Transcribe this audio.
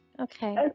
okay